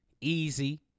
easy